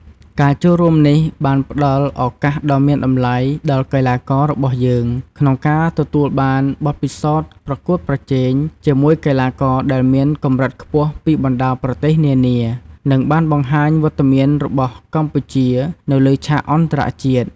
ការចូលរួមនេះបានផ្តល់ឱកាសដ៏មានតម្លៃដល់កីឡាកររបស់យើងក្នុងការទទួលបានបទពិសោធន៍ប្រកួតប្រជែងជាមួយកីឡាករដែលមានកម្រិតខ្ពស់ពីបណ្តាប្រទេសនានា និងបានបង្ហាញវត្តមានរបស់កម្ពុជានៅលើឆាកអន្តរជាតិ។